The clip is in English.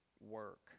work